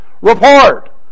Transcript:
Report